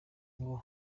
ngo